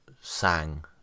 sang